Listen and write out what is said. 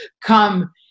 come